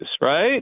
Right